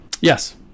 yes